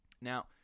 Now